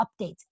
updates